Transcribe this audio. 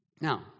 Now